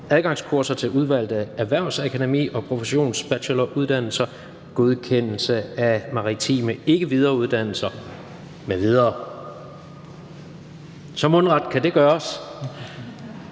(Adgangskurser til udvalgte erhvervsakademi- og professionsbacheloruddannelser, godkendelse af maritime ikke-videregående uddannelser m.v.). Af uddannelses-